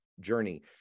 journey